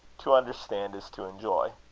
to understand is to enjoy.